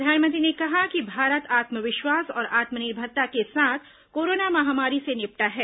प्रधानमंत्री ने कहा कि भारत आत्मविश्वास और आत्मनिर्भरता के साथ कोरोना महामारी से निपटा है